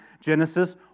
Genesis